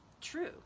true